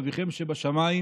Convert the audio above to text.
אביכם שבשמיים"